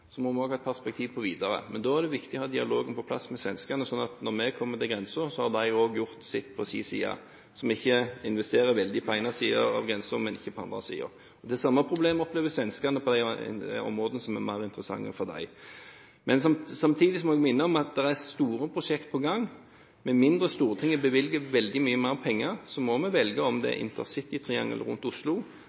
må vi også ha et videre perspektiv. Da er det viktig å ha dialogen med svenskene på plass, slik at når vi kommer til grensen, har de også gjort sitt på sin side, så vi ikke investerer veldig på den ene siden av grensen, men ikke på den andre siden. Det samme problemet opplever svenskene på de områdene som er mer interessante for dem. Samtidig må jeg minne om det er store prosjekt på gang. Med mindre Stortinget bevilger veldig mye mer penger, må vi velge om det er intercitytriangelet rundt Oslo,